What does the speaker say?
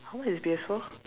how much is P_S four